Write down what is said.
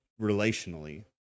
relationally